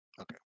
Okay